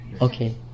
Okay